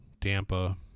Tampa